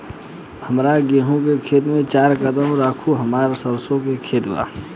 हमार गेहू के खेत से चार कदम रासु हमार सरसों के खेत बा